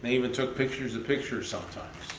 even took pictures of pictures sometimes,